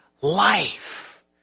life